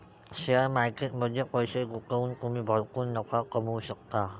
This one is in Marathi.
शेअर मार्केट मध्ये पैसे गुंतवून तुम्ही भरपूर नफा कमवू शकता